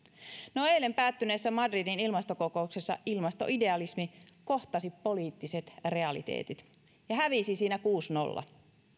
no eilen päättyneessä madridin ilmastokokouksessa ilmastoidealismi kohtasi poliittiset realiteetit ja hävisi siinä kuusi viiva nolla